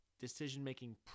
decision-making